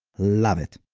love it.